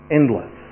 endless